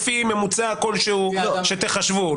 לפי ממוצע כלשהו שתחשבו,